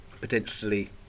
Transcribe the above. potentially